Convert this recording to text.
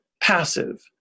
passive